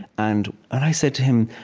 and i said to him,